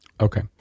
Okay